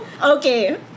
Okay